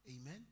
Amen